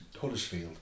Huddersfield